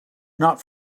not